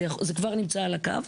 זה כבר נמצא על הקו.